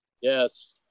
Yes